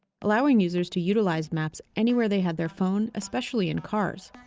allowing users to utilize maps anywhere they had their phone, especially in cars.